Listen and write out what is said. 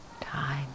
Time